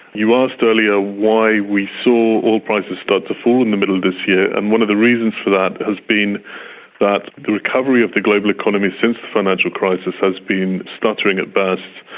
you asked earlier why we saw oil prices start to fall in the middle of this year, and one of the reasons for that has been that the recovery of the global economy since the financial crisis has been stuttering at best.